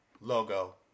logo